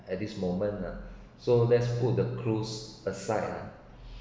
at this moment ah so let's put the cruise aside